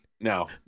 no